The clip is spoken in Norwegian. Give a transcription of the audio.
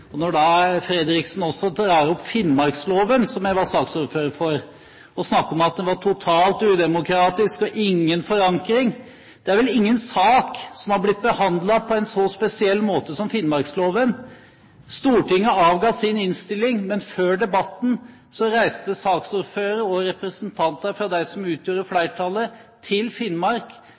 unødvendig. Når Fredriksen også drar opp finnmarksloven, som jeg var saksordfører for, og snakker om at den var totalt udemokratisk og hadde ingen forankring – det er vel ingen sak som er blitt behandlet på en så spesiell måte som finnmarksloven. Stortinget avga sin innstilling, men før debatten reiste saksordføreren og representanter for dem som utgjorde flertallet, til Finnmark